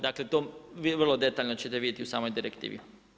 Dakle, to vrlo detaljno ćete vidjeti u samoj direktivi.